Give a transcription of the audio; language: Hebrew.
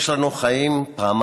/ יש לנו חיים פעמיים.